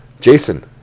Jason